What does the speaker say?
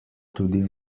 tudi